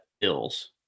ills